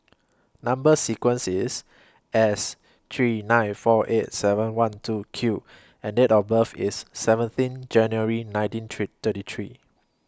Number sequence IS S three nine four eight seven one two Q and Date of birth IS seventeen January nineteen three thirty three